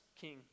king